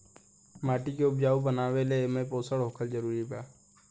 माटी के उपजाऊ बनावे ला एमे पोषण होखल जरूरी बा